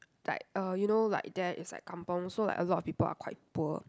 like uh you know like there is like kampung so like a lot of people are quite poor